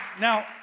now